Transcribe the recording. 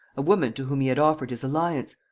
a woman to whom he had offered his alliance,